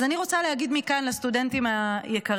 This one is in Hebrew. אז אני רוצה להגיד מכאן לסטודנטים היקרים,